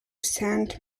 saint